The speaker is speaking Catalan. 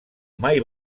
mai